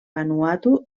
vanuatu